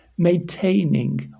maintaining